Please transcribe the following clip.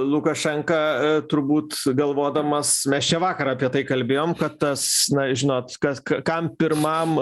lukašenka turbūt galvodamas mes čia vakar apie tai kalbėjom kad tas na žinot kas kam pirmam